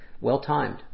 well-timed